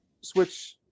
switch